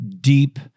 deep